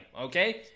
okay